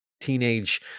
teenage